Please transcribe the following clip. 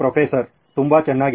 professor ತುಂಬಾ ಚೆನ್ನಾಗಿದೆ